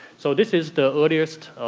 so this is the earliest